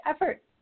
effort